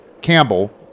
Campbell